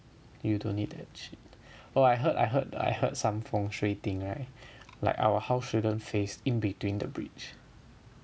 you don't need that shit oh I heard I heard I heard some 风水 thing right like our house shouldn't face in between the bridge